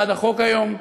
בעד החוק היום.